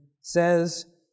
says